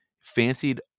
fancied